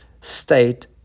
state